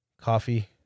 coffee